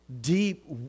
deep